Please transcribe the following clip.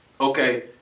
Okay